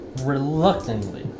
reluctantly